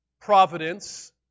providence